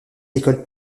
l’école